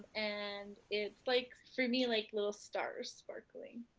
and it's like for me like little stars sparkling.